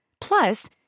Plus